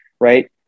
right